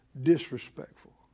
disrespectful